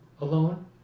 alone